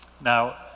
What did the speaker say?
Now